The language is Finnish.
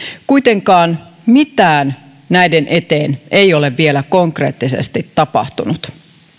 kuitenkaan mitään näiden eteen ei ole vielä konkreettisesti tapahtunut